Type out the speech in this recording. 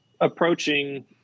approaching